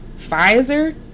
Pfizer